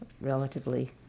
relatively